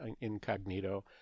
incognito